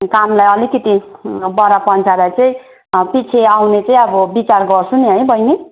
कामलाई अलिकति वर पन्छाएर र चाहिँ पिछे आउने चाहिँ अब विचार गर्छु नि है बहिनी